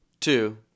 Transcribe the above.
Two